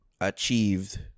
achieved